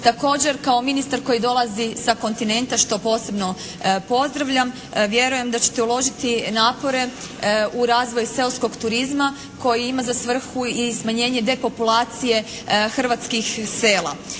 Također kao ministar koji dolazi sa kontinenta što posebno pozdravljam vjerujem da ćete uložiti napore u razvoj seoskog turizma koji ima za svrhu i smanjenje depopulacije hrvatskih sela.